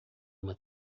uma